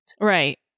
right